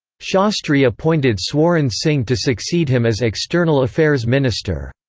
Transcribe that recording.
shastri appointed swaran singh to succeed him as external affairs minister.